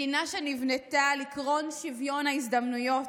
מדינה שנבנתה על עקרון שוויון ההזדמנויות,